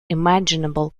imaginable